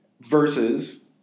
Versus